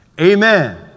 Amen